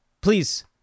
Please